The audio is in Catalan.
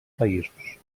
països